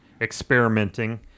experimenting